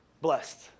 blessed